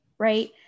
right